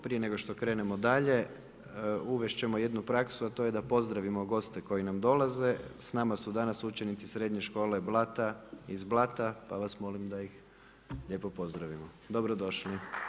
Prije nego što krenemo dalje, uvest ćemo jednu praksu a to je da pozdravimo goste koji nam dolaze, s nama su danas učenici Srednje škole Blata iz Blata, pa vas molim da ih lijepo pozdravimo, dobrodošli.